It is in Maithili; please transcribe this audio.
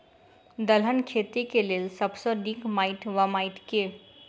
दलहन खेती केँ लेल सब सऽ नीक माटि वा माटि केँ?